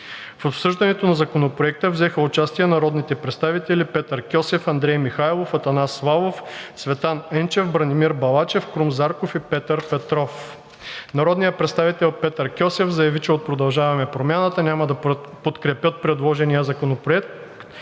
В обсъждането на Законопроекта взеха участие народните представители Петър Кьосев, Андрей Михайлов, Атанас Славов, Цветан Енчев, Бранимир Балачев, Крум Зарков и Петър Петров. Народният представител Петър Кьосев заяви, че от „Продължаваме Промяната“ няма да подкрепят предложения законопроект,